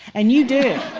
and you do.